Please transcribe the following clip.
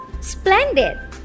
Splendid